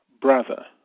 brother